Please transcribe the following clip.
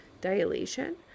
dilation